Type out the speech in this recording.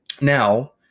Now